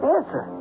Answer